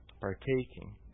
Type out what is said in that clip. partaking